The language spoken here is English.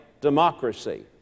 democracy